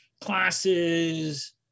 classes